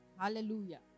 Hallelujah